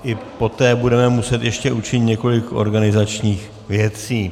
I poté budeme muset ještě učinit několik organizačních věcí.